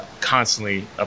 constantly